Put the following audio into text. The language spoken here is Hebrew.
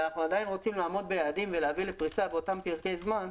ואנחנו עדיין רוצים לעמוד ביעדים ולהביא לפריסה באותם פרקי זמן,